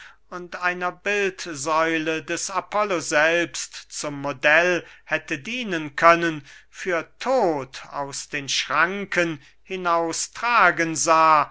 und einer bildsäule des apollo selbst zum modell hätte dienen können für todt aus den schranken hinaus tragen sah